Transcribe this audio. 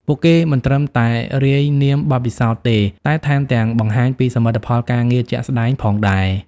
ពួកគេមិនត្រឹមតែរាយនាមបទពិសោធន៍ទេ តែថែមទាំងបង្ហាញពីសមិទ្ធផលការងារជាក់ស្តែងផងដែរ។